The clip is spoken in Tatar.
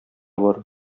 бар